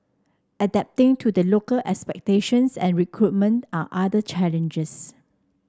adapting to the local expectations and recruitment are other challenges